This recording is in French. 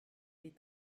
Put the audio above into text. est